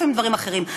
לפעמים דברים אחרים.